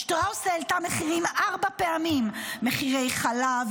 שטראוס העלתה מחירים ארבע פעמים: מחירי חלב,